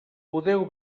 podeu